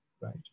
right